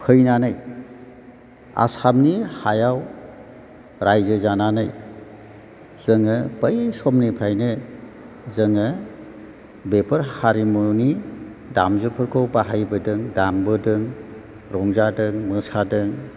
फैनानै आसामनि हायाव रायजो जानानै जोङो बै समनिफ्राइनो जोङो बेफोर हारिमुनि दामजुफोरखौ बाहायबोदों दामबोदों रंजादों मोसादों